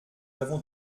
avons